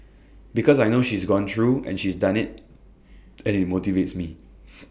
because I know she's gone through and she's done IT and IT motivates me